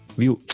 view